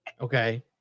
okay